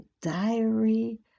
diary